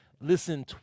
listen